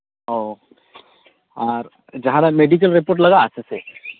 ᱚ ᱟᱨ ᱡᱟᱸᱦᱟᱨᱮ ᱢᱮᱰᱤᱠᱮᱞ ᱨᱤᱯᱳᱨᱴ ᱞᱟᱜᱟᱜᱼᱟ ᱥᱮ ᱪᱮᱫ